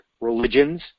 religions